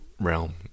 realm